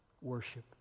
worship